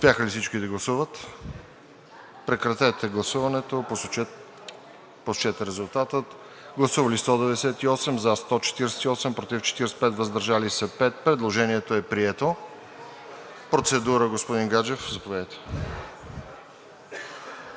Предложението е прието. Процедура – господин Гаджев, заповядайте.